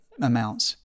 amounts